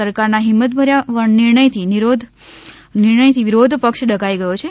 સરકારના હિમત ભર્યા નિર્ણયથી વિરોધ પક્ષ ડઘાઇ ગયો છે